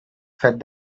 said